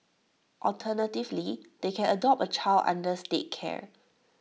alternatively they can adopt A child under state care